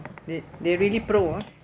they they really pro ah